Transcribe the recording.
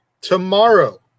Tomorrow